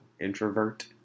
introvert